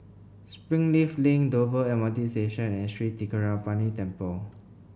Springleaf Link Dover M R T Station and Sri Thendayuthapani Temple